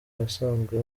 ahasanzwe